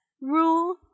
rule